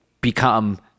become